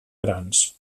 grans